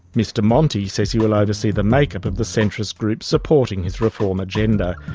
mr monti says he will oversee the make-up of the centrist group supporting his reform agenda.